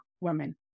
women